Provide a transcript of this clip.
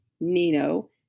Nino